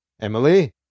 Emily